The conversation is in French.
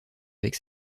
avec